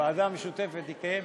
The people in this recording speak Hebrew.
הוועדה המשותפת קיימת.